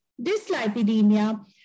dyslipidemia